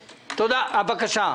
בבקשה.